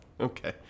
Okay